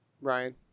Ryan